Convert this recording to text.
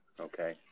Okay